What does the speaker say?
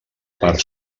part